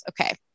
okay